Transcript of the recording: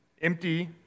empty